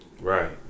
right